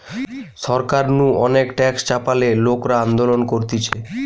সরকার নু অনেক ট্যাক্স চাপালে লোকরা আন্দোলন করতিছে